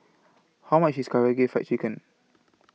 How much IS Karaage Fried Chicken